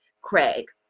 Craig